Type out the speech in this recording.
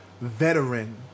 veteran